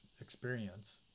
experience